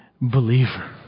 Believer